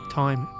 time